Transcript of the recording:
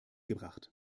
gebracht